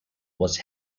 was